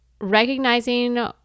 recognizing